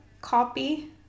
copy